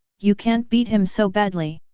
you can't beat him so badly!